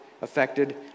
affected